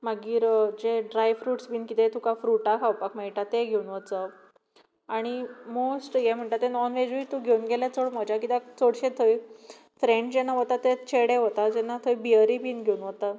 मागीर जे dry fruits बीन किदें तुका फ्रुटां खावपाक मेळटा तें घेवन वचप आनी मोस्ट हें म्हणटा तें नॉन वॅजूय तूं घेवन गेल्या चड मजा किद्याक चडशे थंय फ्रँड जेन्ना वता ते चेडे वता जेन्ना थंय बियरी बीन घेवन वता